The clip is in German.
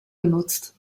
benutzt